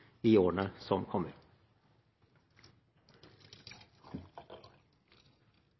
i årene som kommer.